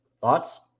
Thoughts